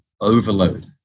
overload